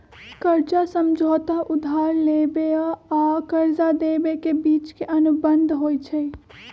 कर्जा समझौता उधार लेबेय आऽ कर्जा देबे के बीच के अनुबंध होइ छइ